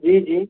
जी जी